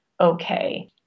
okay